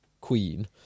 Queen